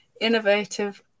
Innovative